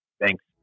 Thanks